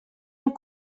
amb